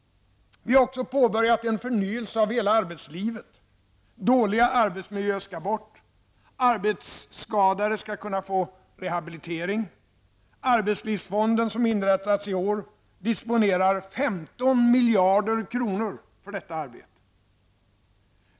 Vi har också påbörjat en förnyelse av hela arbetslivet -- dåliga arbetsmiljöer skall bort, och arbetsskadade skall kunna få rehabilitering. Arbetslivsfonden, som inrättats i år, disponerar 15 miljarder kronor för detta arbete.